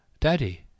Daddy